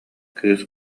кыыс